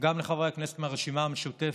וגם לחברי הכנסת מהרשימה המשותפת,